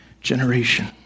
generation